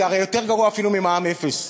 זה הרי יותר גרוע אפילו ממע"מ אפס.